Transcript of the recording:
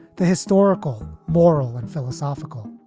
the historical, moral and philosophical,